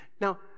now